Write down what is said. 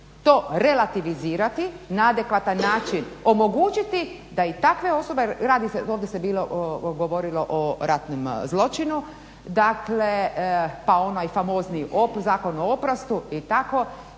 to relativizirati na adekvatan način omogućiti da i takve osobe, radi se, ovdje se bilo govorilo o ratnom zločinu. Dakle, pa onaj famozni OP, Zakon o oprostu i tako.